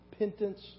repentance